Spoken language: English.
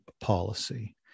policy